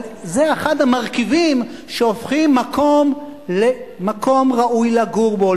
אבל זה אחד המרכיבים שהופכים מקום למקום ראוי לגור בו,